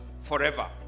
forever